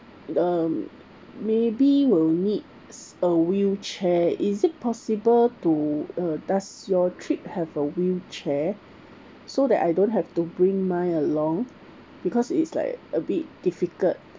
um maybe we'll need s~ a wheelchair is it possible to uh does your trip have a wheelchair so that I don't have to bring mine along because it's like a bit difficult